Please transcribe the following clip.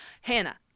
Hannah